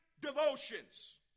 devotions